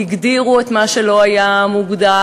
הגדירו את מה שלא היה מוגדר,